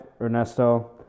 Ernesto